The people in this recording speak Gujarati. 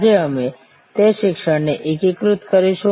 આજે અમે તે શિક્ષણને એકીકૃત કરીશું